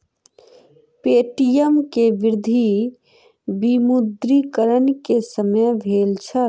Paytm के वृद्धि विमुद्रीकरण के समय भेल छल